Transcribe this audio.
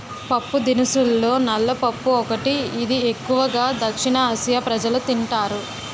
పప్పుదినుసుల్లో నల్ల పప్పు ఒకటి, ఇది ఎక్కువు గా దక్షిణఆసియా ప్రజలు తింటారు